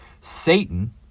Satan